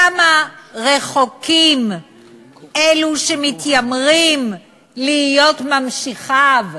כמה רחוקים ממנחם בגין אלו שמתיימרים להיות ממשיכיו.